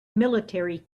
military